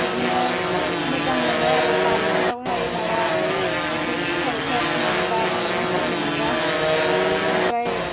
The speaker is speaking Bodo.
इदिनो मोजां मोनो आरो बारिफोराव हाय माबा बिदि फिथाइफोर नुयोबा मैगंफोर नुयोबा आमफ्राय